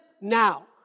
now